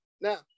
now